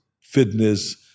fitness